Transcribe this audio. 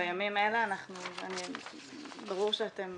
בימים האלה ברור שאתם